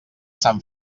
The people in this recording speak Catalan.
sant